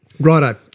righto